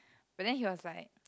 but then he was like